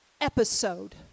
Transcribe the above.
episode